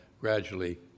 gradually